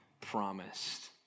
promised